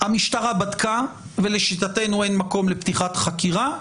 המשטרה בדקה ולשיטתנו אין מקום לפתיחת חקירה.